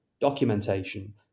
documentation